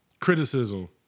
criticism